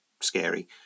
scary